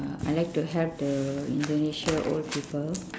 uh I like to help the indonesia old people